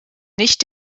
nicht